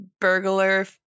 burglar